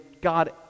God